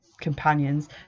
companions